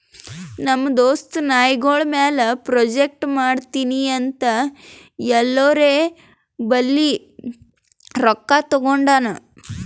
ನಮ್ ದೋಸ್ತ ನಾಯ್ಗೊಳ್ ಮ್ಯಾಲ ಪ್ರಾಜೆಕ್ಟ್ ಮಾಡ್ತೀನಿ ಅಂತ್ ಎಲ್ಲೋರ್ ಬಲ್ಲಿ ರೊಕ್ಕಾ ತಗೊಂಡಾನ್